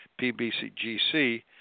PBCGC